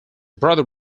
brother